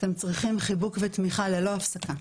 אתם צריכים חיבוק ותמיכה ללא הפסקה.